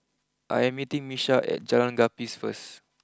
I am meeting Miesha at Jalan Gapis first